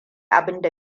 abinda